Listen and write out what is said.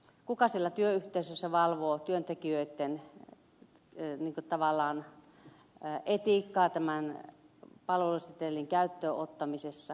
kuka siellä työyhteisössä valvoo työntekijöitten tavallaan etiikkaa tämän palvelusetelin käyttöönottamisessa